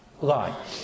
lie